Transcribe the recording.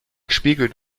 spiegelt